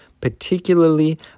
particularly